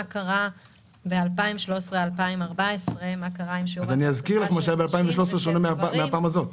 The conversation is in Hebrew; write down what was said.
קרה ב-2013 2014. מה שקרה ב-2013 שונה מן הפעם הזאת.